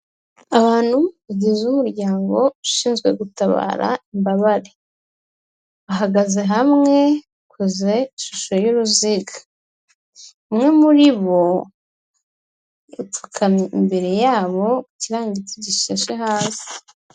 Abantu bagize umuryango ushinzwe gutabara imbabare, bahagaze ahantu hamwe bakoze ishusho y'uruziga, umwe muri bo, yapfukamye imbere yabo, ku kirangiti gishashe hasi.